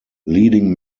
leading